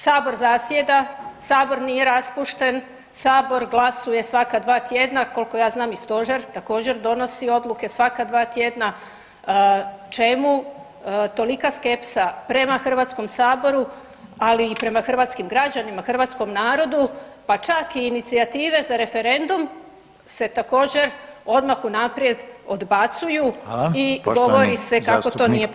Sabor zasjeda, Sabor nije raspušten, Sabor glasuje svaka 2 tjedna, koliko ja znam i Stožer također, donosi odluke svaka 2 tjedna, čemu tolika skepsa prema HS-u, ali i prema hrvatskim građanima, hrvatskom narodu pa čak i inicijative za referendum se također, odmah unaprijed odbacuju [[Upadica: Hvala.]] i govori se kako to nije potrebno.